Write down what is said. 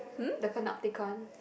the Panopticon